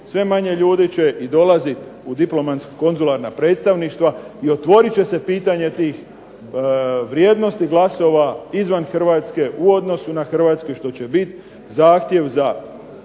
sve manje ljudi će i dolaziti u diplomatsko-konzularna predstavništva i otvorit će se pitanje tih vrijednosti glasova izvan Hrvatske u odnosu na hrvatske što će biti zahtjev na